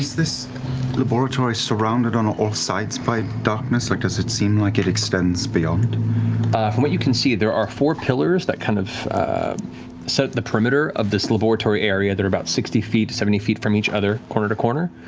this this laboratory surrounded on all sides by darkness? or like does it seem like it extends beyond? matt ah from what you can see, there are four pillars that kind of set the perimeter of this laboratory area that are about sixty feet, seventy feet from each other, corner to corner,